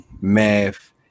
Math